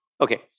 Okay